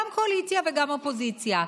גם קואליציה וגם אופוזיציה,